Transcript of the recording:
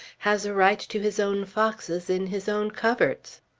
has a right to his own foxes in his own coverts.